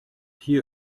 hier